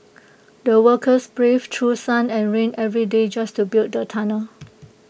the workers braved through sun and rain every day just to build the tunnel